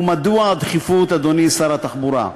ומדוע הדחיפות, אדוני שר התחבורה?